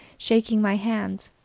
shaking my hands.